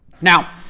Now